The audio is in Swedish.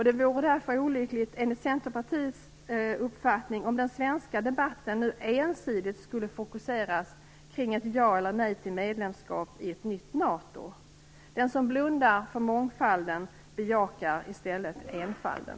Det vore därför olyckligt enligt Centerpartiets uppfattning om den svenska debatten nu ensidigt skulle fokuseras kring ett ja eller nej till medlemskap i ett nytt NATO. Den som blundar för mångfalden bejakar i stället enfalden.